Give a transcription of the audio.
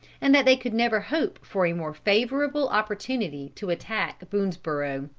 and that they could never hope for a more favorable opportunity to attack boonesborough.